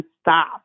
stop